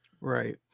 Right